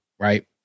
Right